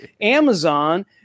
Amazon